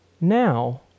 now